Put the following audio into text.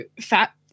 fat